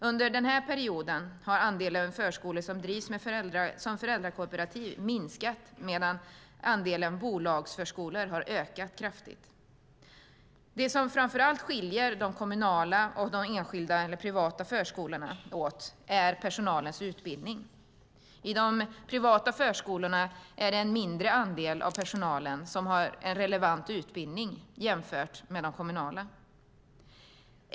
Under denna period har andelen förskolor som drivs som föräldrakooperativ minskat medan andelen bolagsförskolor har ökat kraftigt. Det som framför allt skiljer de kommunala och de enskilda eller privata förskolorna åt är personalens utbildning. I de privata förskolorna är det en mindre andel av personalen som har en relevant utbildning jämfört med i de kommunala.